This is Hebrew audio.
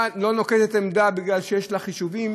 לא נוקטת עמדה בגלל שיש לה חישובים,